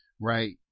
right